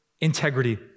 integrity